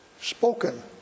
spoken